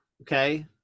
okay